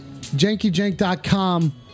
JankyJank.com